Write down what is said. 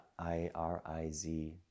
IRIZ